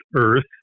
Earth